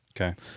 Okay